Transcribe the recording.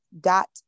dot